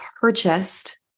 purchased